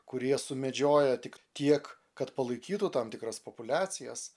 kurie sumedžioja tik tiek kad palaikytų tam tikras populiacijas